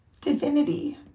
divinity